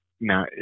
now